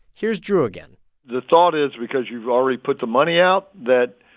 here's drew again the thought is because you've already put the money out, that,